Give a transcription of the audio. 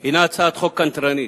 היא הצעת חוק קנטרנית,